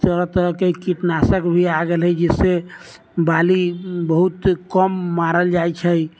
तरह तरहके कीटनाशक भी आबि गेल हइ जाहिसँ बाली बहुत कम मारल जाइ छै